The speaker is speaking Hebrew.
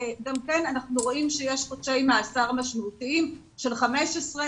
אנחנו רואים שיש חודשי מאסר משמעותיים של 15,